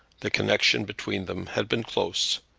the connection between them had been close,